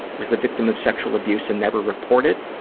was the victim of sexual abuse and never report it,